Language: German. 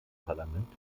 parlament